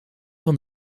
van